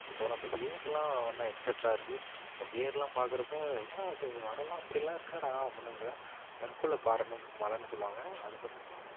அதுக்கப்புறம் அந்த வேர்லாம் எக்ஸட்ராக இருக்குது அந்த வேர்லாம் பார்க்குறப்ப என்னடா அந்த மரம்லாம் அப்படிலாம் இருக்காடா அப்புடின்னுங்கிற தற்கொலை பாறைன்னு மலைன்னு சொல்லுவாங்க அதை பார்த்திங்கன்னா